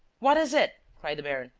what is it? cried the baron.